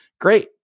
great